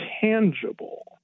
tangible